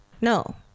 No